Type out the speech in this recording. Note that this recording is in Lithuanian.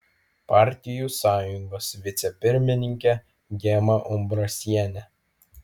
partijų sąjungos vicepirmininkė gema umbrasienė